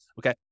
okay